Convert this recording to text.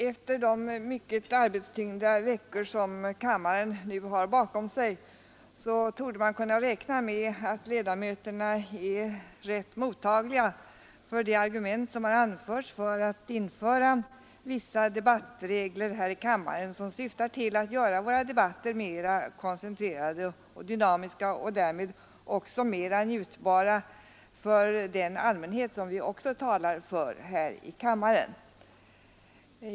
Efter de mycket arbetstyngda veckor som kammaren nu har bakom sig torde man kunna räkna med att ledamöterna är rätt mottagliga för de olika argumenten för vissa debattregler som syftar till att göra våra debatter mera koncentrerade och dynamiska och därmed mera njutbara för den allmänhet som vi också talar för här i kammaren.